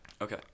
Okay